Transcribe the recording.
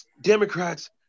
Democrats